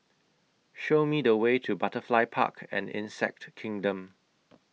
Show Me The Way to Butterfly Park and Insect Kingdom